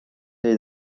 jäi